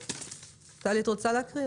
טלי את רוצה להקריא?